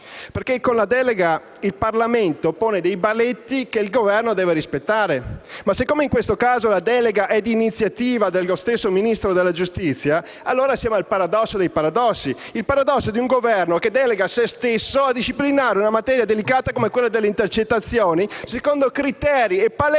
perché con la delega il Parlamento pone dei paletti che il Governo deve rispettare. Ma, siccome in questo caso la delega è di iniziativa dello stesso Ministro della giustizia, allora siamo al paradosso dei paradossi: il paradosso di un Governo che delega se stesso a disciplinare una materia delicata come quella delle intercettazioni secondo criteri e paletti